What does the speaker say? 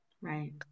Right